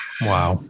Wow